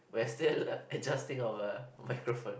we're still adjusting our microphone